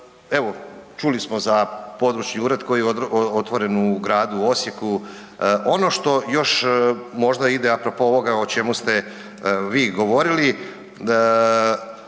Evo čuli smo za područni ured koji je otvoren u gradu Osijeku. Ono što još možda ide a propos ovoga o čemu ste vi govorili,